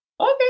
okay